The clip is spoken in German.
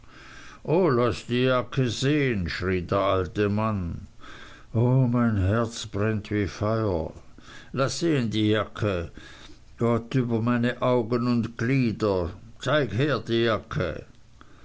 die jacke sehen schrie der alte mann o mei herz brennt wie feuer laß sehen die jacke gott über meine augen ünd glieder zeig her die jacke